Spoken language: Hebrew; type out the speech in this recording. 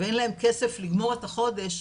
ואין להם כסף לגמור את החודש,